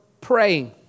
praying